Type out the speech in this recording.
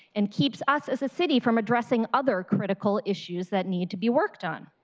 and keeps us as a city from addressing other critical issues that need to be worked on.